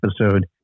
episode